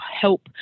help